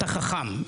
אתה חכם.